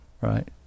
right